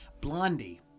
Blondie